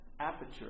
aperture